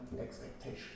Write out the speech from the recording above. expectation